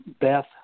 Beth